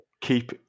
Keep